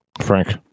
Frank